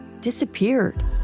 disappeared